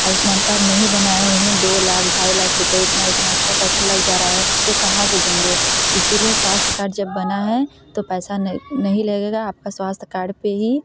Ayushman card नहीं बना है उनमें दो लाख ढाई लाख रुपये इतना इतना एक्सट्रा पैसा लग जा रहा है तो कहाँ से देंगे इसलिए स्वास्थय कार्ड जब बना है तो पैसा नहीं नहीं लगेगा आपका स्वास्थ कार्ड पर ही